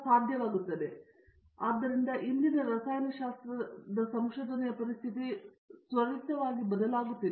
ವಿಶ್ವನಾಥನ್ ಆದ್ದರಿಂದ ಇಂದಿನ ರಸಾಯನಶಾಸ್ತ್ರ ಸಂಶೋಧನೆಯ ಪರಿಸ್ಥಿತಿ ಬದಲಾಗುತ್ತಿದೆ